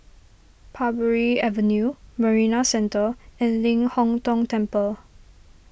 Parbury Avenue Marina Centre and Ling Hong Tong Temple